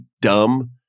dumb